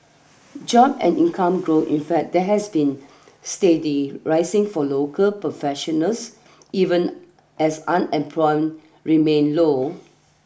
job and income growth in fact have been steadily rising for local professionals even as unemployment remained low